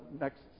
next